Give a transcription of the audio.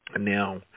Now